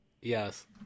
yes